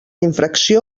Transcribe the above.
infracció